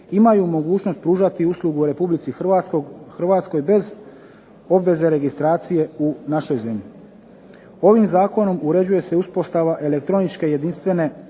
imaju mogućnost pružati uslugu u Republici Hrvatskoj bez obveze registracije u našoj zemlji. Ovim zakonom uređuje se uspostava elektroničke jedinstvene